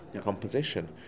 composition